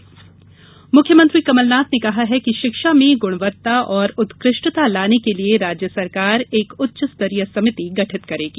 मुख्यमंत्री उच्चशिक्षा मुख्यमंत्री कमलनाथ ने कहा है कि शिक्षा में गुणवत्ता और उत्कृष्टता लाने के लिए राज्य सरकार एक उच्च स्तरीय समिति गठित करेगी